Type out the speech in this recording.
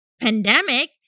pandemic